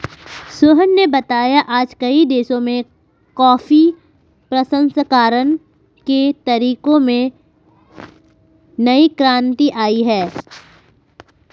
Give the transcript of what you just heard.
सोहन ने बताया आज कई देशों में कॉफी प्रसंस्करण के तरीकों में नई क्रांति आई है